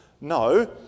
no